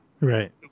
Right